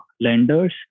lenders